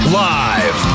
live